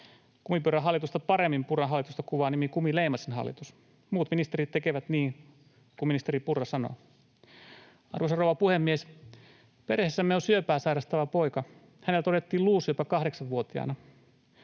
Kumipyörähallitusta paremmin Purran hallitusta kuvaa nimi kumileimasinhallitus: muut ministerit tekevät niin kuin ministeri Purra sanoo. Arvoisa rouva puhemies! Perheessämme on syöpää sairastava poika. Hänellä todettiin luusyöpä kahdeksanvuotiaana.